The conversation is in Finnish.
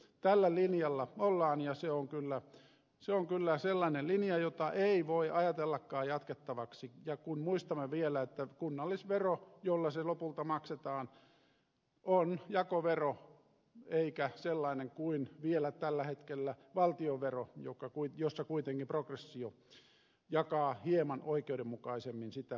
tällä linjalla ollaan ja se on kyllä sellainen linja jota ei voi ajatellakaan jatkettavaksi kun muistamme vielä että kunnallisvero jolla se lopulta maksetaan on jakovero eikä sellainen kuin vielä tällä hetkellä on valtionvero jossa kuitenkin progressio jakaa hieman oikeudenmukaisemmin sitä rasitetta